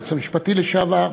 היועץ המשפטי לשעבר,